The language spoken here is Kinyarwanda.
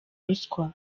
ruswa